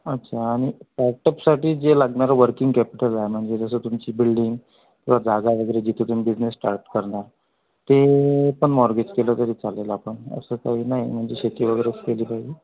अच्छा आणि स्टार्टअपसाठी जे लागणारं वर्किंग कॅपिटल आहे म्हणजे जसं तुमची बिल्डिंग किंवा जागा वगैरे जिथं तुम्ही बिझनेस स्टार्ट करणार ते पण मॉर्गेज केलं तरी चालेल आपण असं काही नाही म्हणजे शेती वगैरेच केली पाहिजे